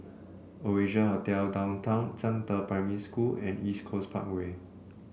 Oasia Hotel Downtown Zhangde Primary School and East Coast Parkway